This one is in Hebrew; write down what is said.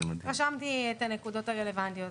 רשמתי את הנקודות הרלוונטיות,